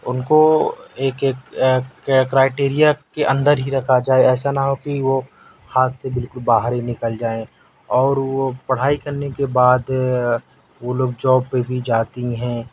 ان کو ایک ایک کرائیٹیریا کے اندر ہی رکھا جائے ایسا نہ ہو کہ وہ ہاتھ سے بالکل باہر ہی نکل جائیں اور وہ پڑھائی کرنے کے بعد وہ لوگ جاب پہ بھی جاتی ہیں